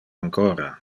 ancora